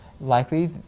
likely